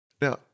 Now